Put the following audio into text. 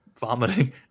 vomiting